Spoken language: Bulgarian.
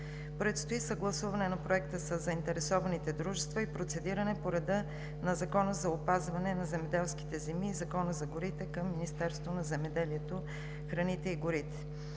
Предстои съгласуване на Проекта със заинтересованите дружества и процедиране по реда на Закона за опазване на земеделските земи и Закона за горите към Министерството на земеделието, храните и горите.